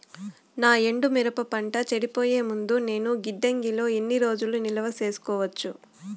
నా ఎండు మిరప పంట చెడిపోయే ముందు నేను గిడ్డంగి లో ఎన్ని రోజులు నిలువ సేసుకోవచ్చు?